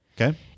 okay